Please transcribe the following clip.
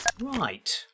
Right